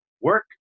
work